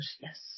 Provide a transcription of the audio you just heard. Yes